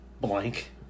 blank